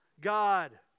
God